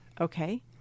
okay